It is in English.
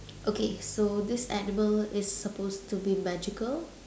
okay so this animal is supposed to be magical